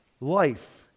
Life